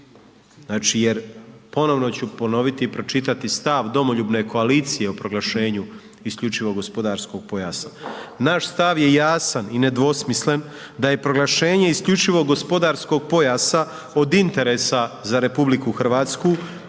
jer, ponovno ću ponoviti i pročitati stav Domoljubne koalicije o proglašenju isključivo gospodarskog pojasa. Naš stav je jasan i nedvosmislen da je proglašenje isključivo gospodarskog pojasa od interesa za RH te